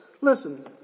listen